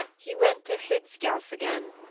he went to hlidskjalf again,